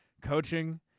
coaching